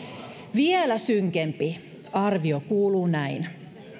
vielä synkempi arvio kuuluu näin